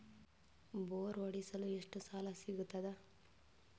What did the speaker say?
Bore ಹೊಡೆಸಲು ಎಷ್ಟು ಸಾಲ ಸಿಗತದ?